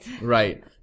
Right